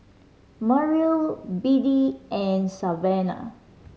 Merrill Biddie and Savanna